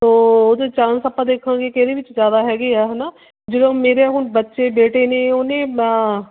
ਸੋ ਉਹਦੇ ਚਾਨਸ ਆਪਾਂ ਦੇਖਾਂਗੇ ਕਿਸਦੇ ਵਿੱਚ ਜ਼ਿਆਦਾ ਹੈਗੇ ਆ ਹੈ ਨਾ ਜਦੋਂ ਮੇਰੇ ਹੁਣ ਬੱਚੇ ਬੇਟੇ ਨੇ ਉਹਨੇ